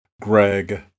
Greg